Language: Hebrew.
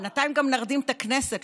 בינתיים גם נרדים את הכנסת,